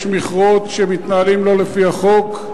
יש מכרות שמתנהלים לא לפי החוק,